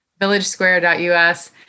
Villagesquare.us